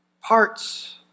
parts